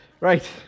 Right